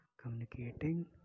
communicating